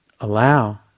Allow